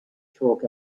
chalk